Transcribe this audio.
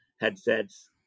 headsets